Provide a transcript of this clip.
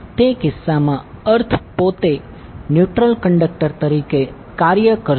તે કિસ્સામાં અર્થ પોતે ન્યુટ્રલ કંડકટર તરીકે કાર્ય કરશે